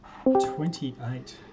Twenty-eight